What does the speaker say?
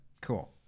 cool